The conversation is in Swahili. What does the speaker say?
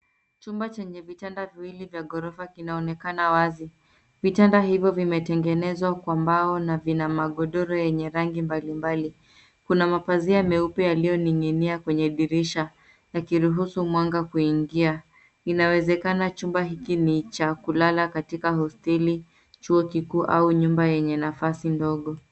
Chumba chenye vitanda viwili vya ghorofa kinaonekana wazi. Vitanda hivyo vimetengenezwa kwa mbao na vina magodoro yenye rangi mbalimbali. Kuna mapazia meupe yaliyoning'inia kwenye dirisha, yakiruhusu mwanga kuingia. Inawezekana chumba hiki ni cha kulala katika hosteli, chuo kikuu au nyumba yenye nafasi ndogo.